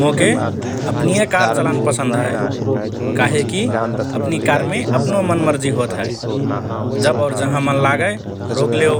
मोके अपनिए कार चलान पसन्द हए । काहेकि अपनि कारमे अपनो मनमर्जि होत हए । जब और जहाँ मन लागए रोकलेओ